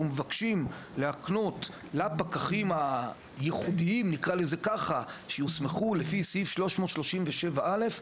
אנחנו מבקשים להקנות לפקחים ה"ייחודיים" שיוסמכו לפי סעיף 337(א),